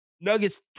Nuggets